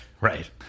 right